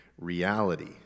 reality